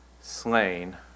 slain